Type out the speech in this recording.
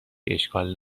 اشکال